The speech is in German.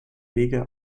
wege